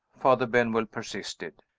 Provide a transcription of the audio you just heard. father benwell persisted.